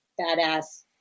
badass